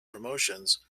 promotions